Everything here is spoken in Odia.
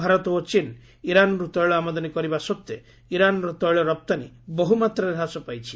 ଭାରତ ଓ ଚୀନ୍ ଇରାନ୍ରୁ ତୈଳ ଆମଦାନୀ କରିବା ସତ୍ତ୍ୱେ ଇରାନ୍ର ତୈଳ ରପ୍ତାନୀ ବହୁମାତ୍ରାରେ ହ୍ରାସ ପାଇଛି